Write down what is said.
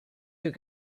your